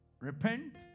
repent